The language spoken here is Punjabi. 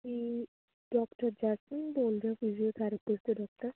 ਤੁਸੀ ਡੋਕਟਰ ਜੈਸਮੀਨ ਬੋਲਦੇ ਹੋ ਫਿਜ਼ੀਓਥਰੈਪੀਸਟ ਦੇ ਡੋਕਟਰ